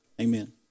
amen